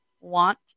want